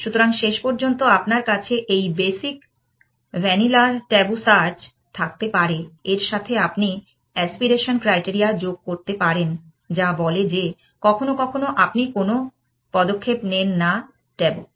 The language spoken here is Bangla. সুতরাং শেষ পর্যন্ত আপনার কাছে এই বেসিক ভ্যানিলা ট্যাবু সার্চ থাকতে পারে এর সাথে আপনি এ্যাস্পিরেশন ক্রাইটেরিয়া যোগ করতে পারেন যা বলে যে কখনও কখনও আপনি কোনো পদক্ষেপ নেন না ট্যাবু